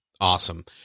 Awesome